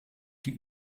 die